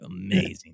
Amazing